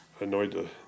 annoyed